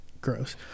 Gross